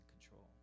control